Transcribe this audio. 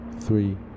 three